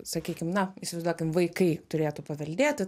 sakykim na įsivaizduokim vaikai turėtų paveldėti